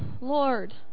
Lord